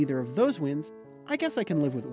neither of those wins i guess i can live with